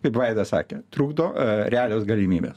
kaip vaida sakė trukdo realios galimybės